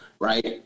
Right